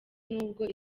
n’ubwo